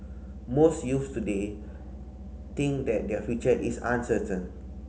most youths today think that their future is uncertain